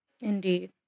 Indeed